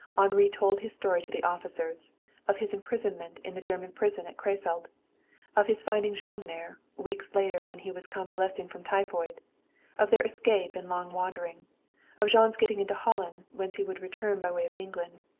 henri told his story to the officers of his imprisonment in the german prison at crefeld of his finding jean there, weeks later when he was convalescing from typhoid of their escape and long wandering of jean's getting into holland, whence he would return by way of england.